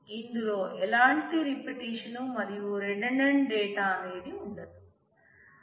ఇందులో ఎలాంటి రిపిటేషన్ మరియు రిడండేంట్ డేటా అనేది ఉండదు